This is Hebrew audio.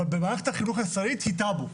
אבל במערכת החינוך הישראלית היא טאבו.